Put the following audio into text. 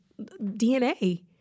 DNA